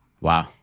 Wow